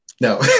No